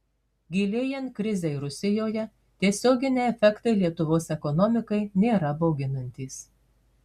gilėjant krizei rusijoje tiesioginiai efektai lietuvos ekonomikai nėra bauginantys